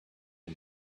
who